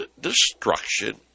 destruction